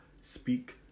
speak